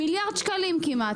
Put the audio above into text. מיליארד שקלים כמעט.